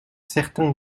certains